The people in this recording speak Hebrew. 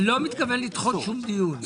אני לא מתכוון לדחות שום דיון.